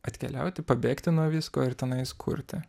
atkeliauti pabėgti nuo visko ir tenais kurti